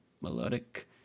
melodic